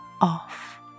off